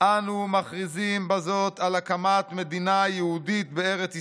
אנו מכריזים בזאת על הקמת מדינה יהודית בארץ ישראל,